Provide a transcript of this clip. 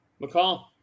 McCall